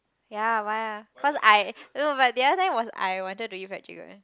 ya why ah cause I no but the other time was I wanted to eat fried chicken